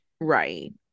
right